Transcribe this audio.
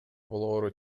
болоору